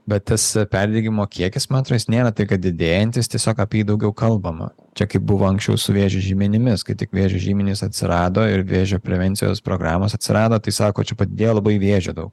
bet tas perdegimo kiekis man atrodo jis nėra tai kad didėjantis tiesiog apie jį daugiau kalbama čia kaip buvo anksčiau su vėžio žymenimis kai tik vėžio žymenys atsirado ir vėžio prevencijos programos atsirado tai sako čia padėjo labai vėžio daug